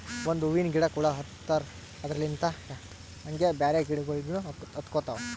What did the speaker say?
ಒಂದ್ ಹೂವಿನ ಗಿಡಕ್ ಹುಳ ಹತ್ತರ್ ಅದರಲ್ಲಿಂತ್ ಹಂಗೆ ಬ್ಯಾರೆ ಗಿಡಗೋಳಿಗ್ನು ಹತ್ಕೊತಾವ್